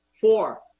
four